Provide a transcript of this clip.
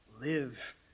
live